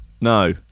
No